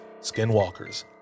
skinwalkers